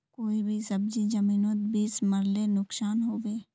कोई भी सब्जी जमिनोत बीस मरले नुकसान होबे?